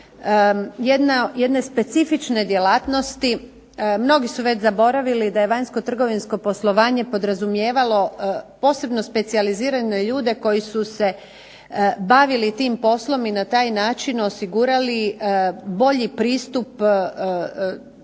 jedne specifične djelatnosti, mnogi su već zaboravili da je vanjsko trgovinsko poslovanje podrazumijevalo posebno specijalizirane ljude koji su se bavili tim poslom i na taj način osigurali bolji pristup vanjskim